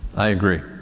i agree.